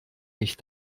ich